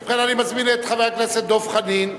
ובכן, אני מזמין את חבר הכנסת דב חנין,